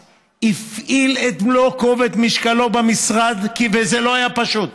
הפעיל את מלוא כובד משקלו במשרד, וזה לא פשוט.